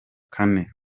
kane